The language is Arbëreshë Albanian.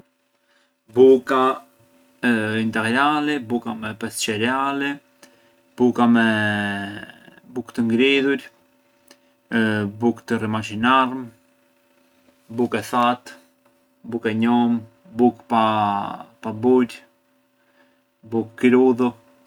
Buka integrali, buka me pes çereali, buka me bukë të ngridhur, bukë të rimaçinarmë, bukë e thatë, Bukë e njom, bukë pa burë, bukë krudhu.